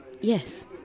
Yes